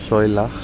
ছয় লাখ